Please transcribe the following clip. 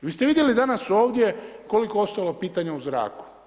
Vi ste vidjeli danas ovdje koliko je ostalo pitanja u zraku.